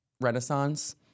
Renaissance